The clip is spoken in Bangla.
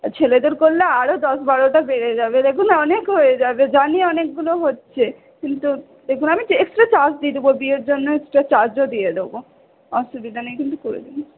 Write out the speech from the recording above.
ছেলেদের করলে আরো দশ বারোটা বেড়ে যাবে দেখুন অনেক হয়ে যাবে জানি অনেকগুলো হচ্ছে কিন্তু দেখুন আমি এক্সট্রা চার্জ দিয়ে দেবো বিয়ের জন্য এক্সট্রা চার্জও দিয়ে দেবো অসুবিধা নেই কিন্তু করে দেবেন